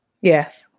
Yes